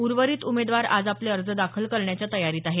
उर्वरित उमेदवार आज आपले अर्ज दाखल करण्याच्या तयारीत आहेत